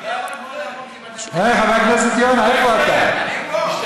חבר הכנסת אייכלר,